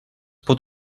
pot